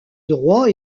droits